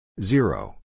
Zero